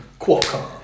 Qualcomm